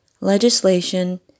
legislation